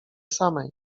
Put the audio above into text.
samej